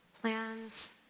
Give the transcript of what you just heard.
Plans